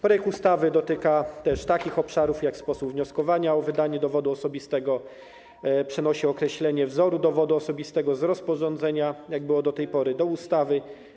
Projekt ustawy dotyka też takiego obszaru jak sposób wnioskowania o wydanie dowodu osobistego, przenosi określenie wzoru dowodu osobistego z rozporządzenia - jak było do tej pory - do ustawy.